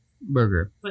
burger